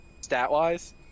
Stat-wise